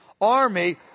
army